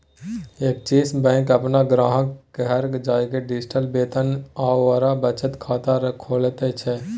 axis Bank अपन ग्राहकक घर जाकए डिजिटल वेतन आओर बचत खाता खोलैत छै